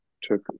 took